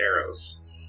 arrows